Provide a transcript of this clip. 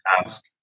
ask